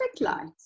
light